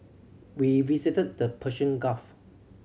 we visited the Persian Gulf